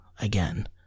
again